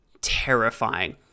terrifying